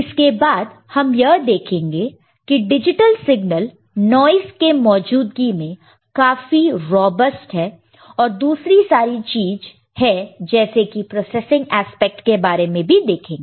इसके बाद हम यह देखेंगे कि डिजिटल सिगनल नॉइस के मौजूदगी में काफी रॉबस्ट है और दूसरी सारी चीज है जैसे की प्रोसेसिंग एस्पेक्ट के बारे में भी देखेंगे